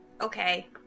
Okay